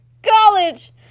college